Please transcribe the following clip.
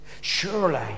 Surely